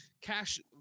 cash